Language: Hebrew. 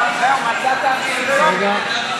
העובדה,